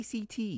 ACT